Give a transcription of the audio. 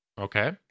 Okay